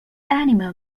animal